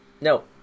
No